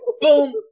boom